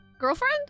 Girlfriend